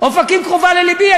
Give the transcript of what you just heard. אופקים קרובה ללבי,